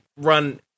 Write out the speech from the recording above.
run